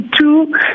two